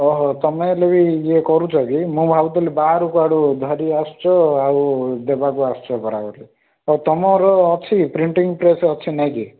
ଅ ହୋ ତମେ ହେଲେ ବି ଇଏ କରୁଛ କି ମୁଁ ଭାବୁଥିଲି ବାହାରୁ କୁଆଡ଼ୁ ଧରି ଆସିଛ ଆଉ ଦେବାକୁ ଆସିଛ ପରା ବୋଲି ଓ ତମର ଅଛି ପ୍ରିଣ୍ଟିଙ୍ଗ୍ ପ୍ରେସ୍ ଅଛି ନାଇକି